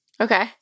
Okay